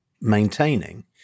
maintaining